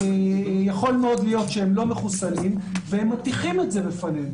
יכול מאוד להיות שהם לא מחוסנים והם מטיחים את זה בפנינו